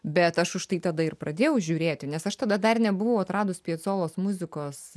bet aš už tai tada ir pradėjau žiūrėti nes aš tada dar nebuvau atradus piacolos muzikos